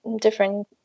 different